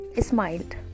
smiled